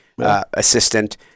Assistant